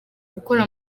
gukora